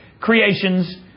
creations